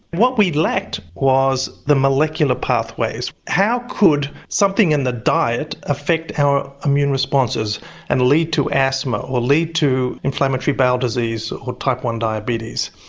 what we lacked was the molecular pathways. how could something in the diet affect our immune responses and lead to asthma, or lead to inflammatory bowel disease, or type one diabetes?